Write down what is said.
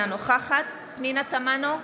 אינה נוכחת פנינה תמנו,